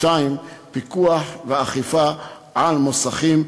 2. פיקוח ואכיפה על מוסכים,